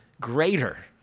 greater